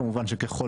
כמובן שככל